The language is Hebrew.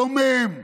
דומם,